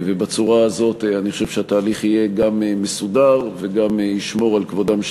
אני חושב שבצורה כזו התהליך גם יהיה מסודר וגם ישמור על כבודם של